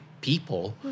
people